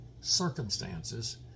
circumstances